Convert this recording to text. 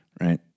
Right